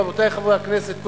רבותי חברי הכנסת,